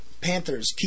Panthers